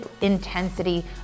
intensity